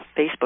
facebook